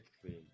clean